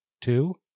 two